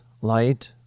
light